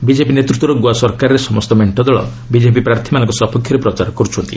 BJP ନେତୃତ୍ୱର ଗୋଆ ସରକାରରେ ସମସ୍ତ ମେଣ୍ଟ ଦଳ ବିଜେପି ପ୍ରାର୍ଥୀମାନଙ୍କ ସପକ୍ଷରେ ପ୍ରଚାର କରୁଛନ୍ତି